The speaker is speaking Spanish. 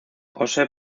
posee